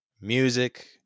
music